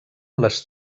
les